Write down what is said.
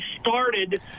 started